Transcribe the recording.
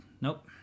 nope